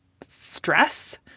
stress